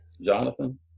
Jonathan